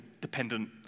dependent